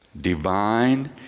divine